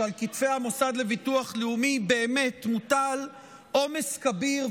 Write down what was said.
כשעל כתפי המוסד לביטוח לאומי באמת מוטל עומס כביר,